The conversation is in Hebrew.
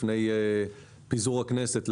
לפני פיזור הכנסת,